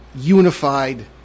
unified